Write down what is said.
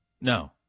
No